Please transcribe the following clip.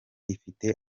ifite